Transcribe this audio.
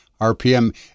rpm